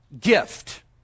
gift